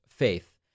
faith